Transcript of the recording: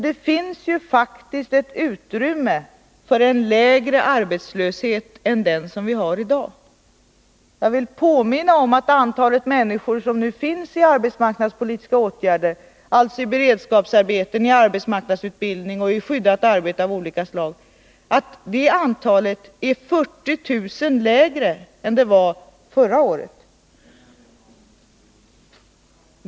Det finns ju faktiskt ett utrymme för en lägre arbetslöshet än den som vi har i dag. Jag vill påminna om att antalet människor som sysselsätts med särskilda arbetsmarknadspolitiska åtgärder, alltså i beredskapsarbeten, arbetsmarknadsutbildning och skyddat arbete av olika slag, i dag är 40 000 lägre än det var förra året.